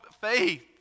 faith